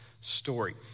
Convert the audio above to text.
story